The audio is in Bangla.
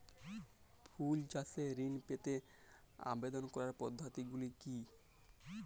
ফুল চাষে ঋণ পেতে আবেদন করার পদ্ধতিগুলি কী?